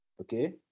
okay